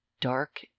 Dark